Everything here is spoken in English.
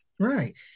Right